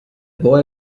boy